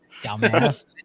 Dumbass